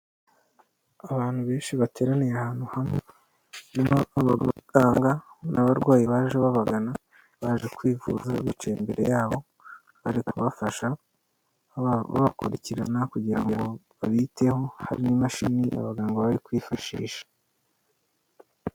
Abantu benshi bateraniye ahantu hamwe, harimo ab'abaganga n'abarwayi baje babagana, baje kwivuza bicaye imbere yabo, bari kubafasha babakurikirana kugira ngo babiteho, hari n'imashini abaganga bari kwifashisha.